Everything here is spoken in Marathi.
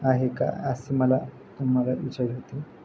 आहे का असं मला तुम्हाला विचारायचं होतं